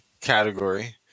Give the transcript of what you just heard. category